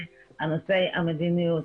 הנושא, המדיניות.